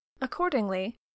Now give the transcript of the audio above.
Accordingly